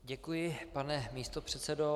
Děkuji, pane místopředsedo.